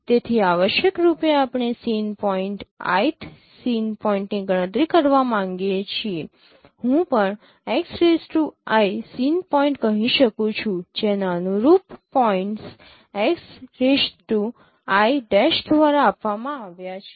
તેથી આવશ્યકરૂપે આપણે સીન પોઇન્ટ ith સીન પોઇન્ટની ગણતરી કરવા માંગીએ છે હું પણ xi સીન પોઇન્ટ કહી શકું છું જેના અનુરૂપ પોઇન્ટ્સ xi'દ્વારા આપવામાં આવ્યા છે